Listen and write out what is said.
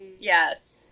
Yes